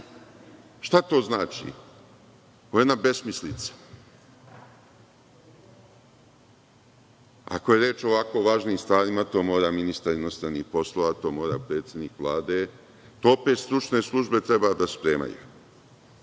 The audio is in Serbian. Šta to znači? Ovo je jedna besmislica. Ako je reč o ovako važnim stvarima, to mora ministar inostranih poslova, to mora predsedik Vlade, to opet stručne službe treba da